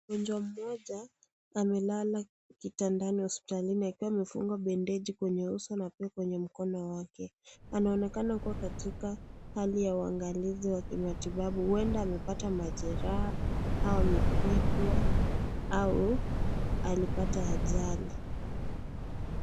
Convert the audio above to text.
Mgonjwa mmoja amelala kitandani hospitalini akiwa amefungwa bendeji kwenye uso na pia kwenye mkono wake anaonekana kuwa katika hali ya uangalifu wa kimatibabu huenda amepata majeraha au amepigwa au alipata ajali.